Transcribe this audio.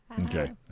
Okay